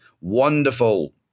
Wonderful